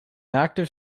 active